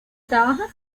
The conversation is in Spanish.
trabajas